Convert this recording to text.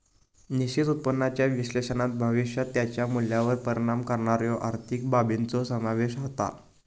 निश्चित उत्पन्नाच्या विश्लेषणात भविष्यात त्याच्या मूल्यावर परिणाम करणाऱ्यो आर्थिक बाबींचो समावेश होता